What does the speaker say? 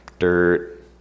dirt